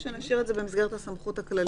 או שנשאיר את זה במסגרת הסמכות הכללית שלה?